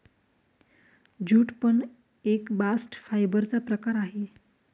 jute पण एक bast fibre चा प्रकार आहे